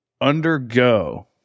undergo